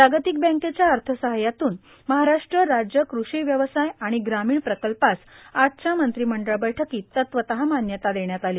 जागतिक बँकेच्या अर्थसहाय्यातून महाराष्ट्र राज्य कृषी व्यवसाय आणि ग्रामीण प्रकल्पास आजच्या मंत्रिमंडळ बैठकीत तत्वतः मान्यता देण्यात आली